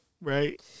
right